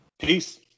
peace